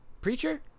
Preacher